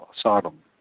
Sodom